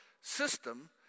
system